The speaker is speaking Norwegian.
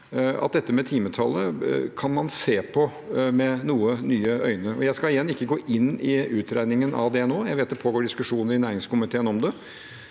at det som gjelder timetallet, kan man se på med noe nye øyne. Jeg skal ikke gå inn i utregningen av det nå. Jeg vet det pågår diskusjoner i næringskomiteen om det.